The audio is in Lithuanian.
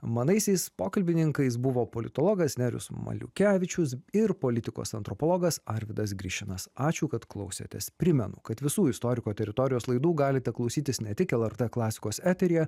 manaisiais pokalbininkais buvo politologas nerijus maliukevičius ir politikos antropologas arvydas grišinas ačiū kad klausėtės primenu kad visų istoriko teritorijos laidų galite klausytis ne tik lrt klasikos eteryje